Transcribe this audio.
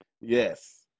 Yes